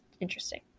interesting